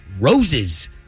roses